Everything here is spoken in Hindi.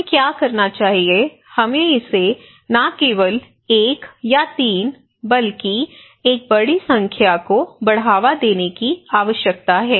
हमें क्या करना चाहिए हमें इसे न केवल 1 या 3 बल्कि एक बड़ी संख्या को बढ़ावा देने की आवश्यकता है